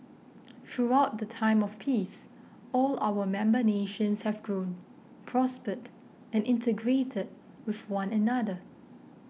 throughout the time of peace all our member nations have grown prospered and integrated with one another